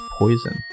poison